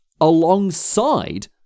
alongside